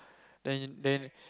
then then